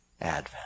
Advent